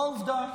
וזו עובדה,